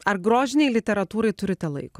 ar grožinei literatūrai turite laiko